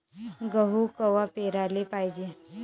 गहू कवा पेराले पायजे?